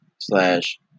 Slash